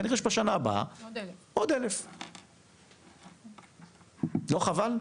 כנראה בשנה הבאה יגיעו עוד 1,000. לא חבל?